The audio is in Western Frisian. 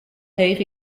heech